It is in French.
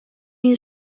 une